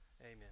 Amen